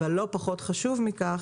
אבל לא פחות חשוב מכך,